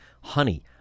honey